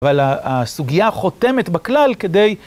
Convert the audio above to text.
אבל הסוגיה חותמת בכלל כדי...